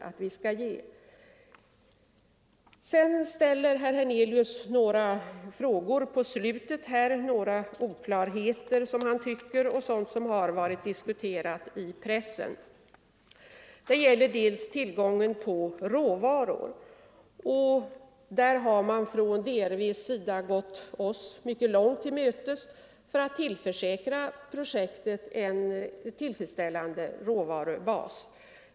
Herr Hernelius ställde i slutet av sitt anförande en del frågor om, som han sade, några oklarheter som har diskuterats i pressen. Det gällde bl.a. tillgången på råvaror. Man har från DRV:s sida gått oss mycket långt till mötes för att tillförsäkra projektet en tillfredsställande råvarubas.